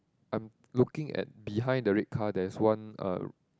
I'm looking at behind the red car there's one uh